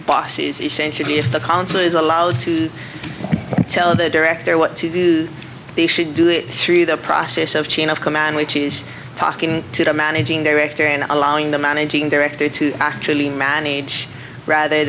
bosses essentially if the council is allowed to tell the director what to do they should do it through the process of chain of command which is talking to the managing director and allowing the managing director to actually manage rather